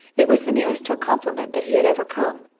it was the nearest to a compliment that he had ever come.